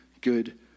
good